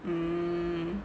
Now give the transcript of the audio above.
mmhmm